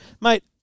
Mate